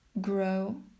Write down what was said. grow